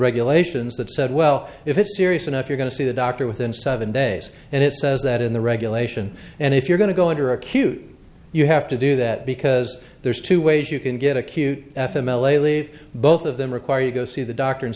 regulations that said well if it's serious enough you're going to see the doctor within seven days and it says that in the regulation and if you're going to go under acute you have to do that because there's two ways you can get acute f m l a leave both of them require you go see the doctor